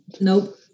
Nope